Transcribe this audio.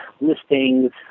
listings